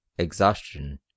Exhaustion